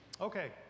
Okay